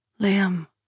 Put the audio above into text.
Liam